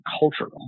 cultural